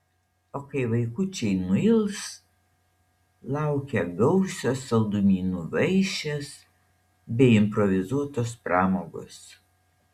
o kai vaikučiai nuils laukia gausios saldumynų vaišės bei improvizuotos pramogos